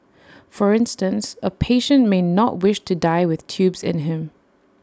for instance A patient may wish to not die with tubes in him